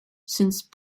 since